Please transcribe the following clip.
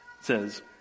says